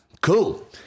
Cool